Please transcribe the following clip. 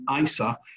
ISA